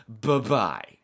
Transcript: Bye-bye